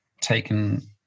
taken